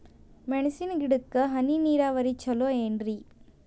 ಮೆಣಸಿನ ಗಿಡಕ್ಕ ಹನಿ ನೇರಾವರಿ ಛಲೋ ಏನ್ರಿ?